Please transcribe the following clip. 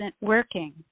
working